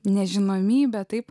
nežinomybę taip